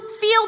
feel